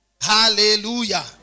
Hallelujah